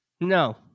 No